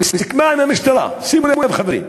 וסיכמה עם המשטרה, שימו לב, חברים,